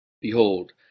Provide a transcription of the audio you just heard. Behold